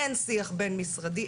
אין שיח בין-משרדי,